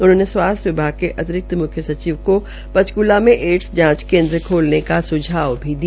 उन्होंने स्वास्थ्य विभाग के अतिरिक्त मुख्य सचिव को पंचक्ला में एडस जांच केन्द्र खोलने का सुझाव भी दिया